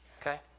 Okay